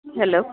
hello